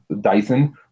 Dyson